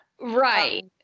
Right